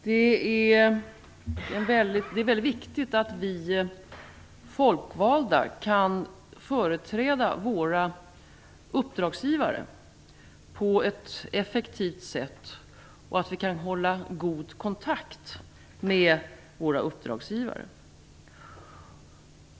Herr talman! Det är väldigt viktigt att vi folkvalda kan företräda våra uppdragsgivare på ett effektivt sätt och att vi kan hålla god kontakt med våra uppdragsgivare.